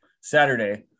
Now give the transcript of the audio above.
saturday